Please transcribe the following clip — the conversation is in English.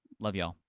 love you all,